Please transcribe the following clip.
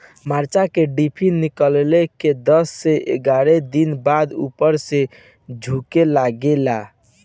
मिरचा क डिभी निकलले के दस से एग्यारह दिन बाद उपर से झुके लागेला?